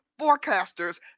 forecasters